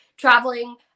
traveling